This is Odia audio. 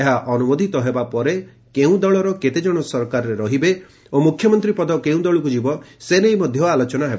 ଏହା ଅନୁମୋଦିତ ହେବା ପରେ କେଉଁ ଦଳର କେତେ ଜଣ ସରକାରରେ ରହିବେ ଓ ମୁଖ୍ୟମନ୍ତ୍ରୀ ପଦ କେଉଁ ଦଳକୁ ଯିବ ସେ ନେଇ ଆଲୋଚନା ହେବ